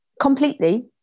completely